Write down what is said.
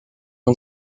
une